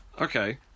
Okay